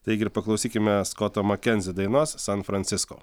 taigi ir paklausykime skoto makenzi dainos san fransisko